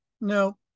no